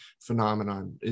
phenomenon